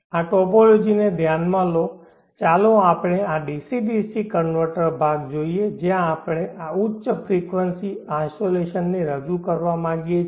આ ટોપોલોજીને ધ્યાનમાં લો ચાલો આપણે આ ડીસી ડીસી કન્વર્ટર ભાગ જોઈએ જ્યાં આપણે આ ઉચ્ચ ફ્રિકવંસી આઇસોલેશન ને રજૂ કરવા માગીએ છીએ